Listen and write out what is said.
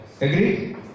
Agreed